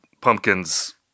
pumpkins